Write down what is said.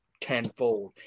tenfold